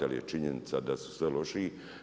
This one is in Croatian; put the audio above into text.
Ali je činjenica da su sve lošiji.